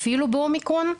אפילו באומיקרון.